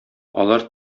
алар